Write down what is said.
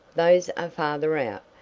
those are farther out.